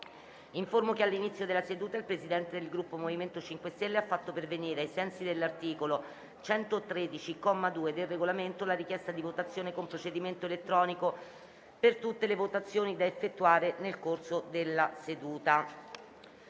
che all'inizio della seduta il Presidente del Gruppo MoVimento 5 Stelle ha fatto pervenire, ai sensi dell'articolo 113, comma 2, del Regolamento, la richiesta di votazione con procedimento elettronico per tutte le votazioni da effettuare nel corso della seduta.